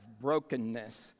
brokenness